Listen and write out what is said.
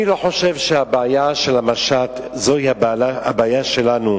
אני לא חושב שהבעיה של המשט זו הבעיה שלנו.